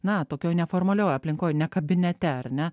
na tokioj neformalioj aplinkoj ne kabinete ar ne